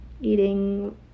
eating